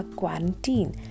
quarantine